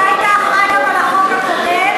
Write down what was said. ואתה היית אחראי גם על החוק הקודם,